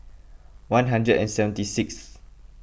one hundred and seventy sixth